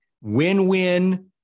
Win-win